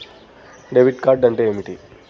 Debit card అంటే ఏమిటి?